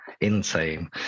insane